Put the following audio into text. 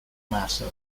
matter